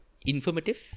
informative